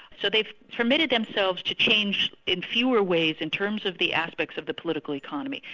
so they've permitted themselves to change in fewer ways in terms of the aspects of the political economy.